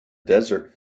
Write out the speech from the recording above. desert